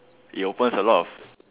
it opens a lot of